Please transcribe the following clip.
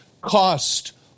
cost